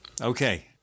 Okay